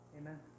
Amen